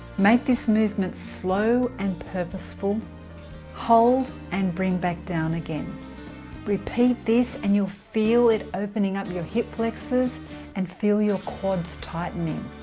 make this movement slow and purposeful hold and bring back down again repeat this and you'll feel it opening up your hip flexors and feel your quads tightening